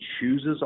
chooses